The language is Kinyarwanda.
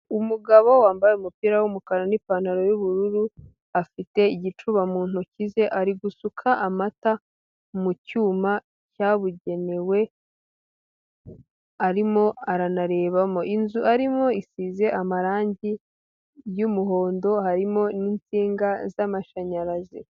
Umugabo wambaye umupira w'umukara n'ipantaro y'ubururu, afite igicuba mu ntoki ze, ari gusuka amata mu cyuma cyabugenewe, arimo aranarebamo, inzu arimo isize amarangi y'umuhondo, harimo n'insinga z'amashanyarazi.